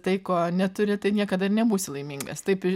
tai ko neturi tai niekada ir nebūsi laimingas taip i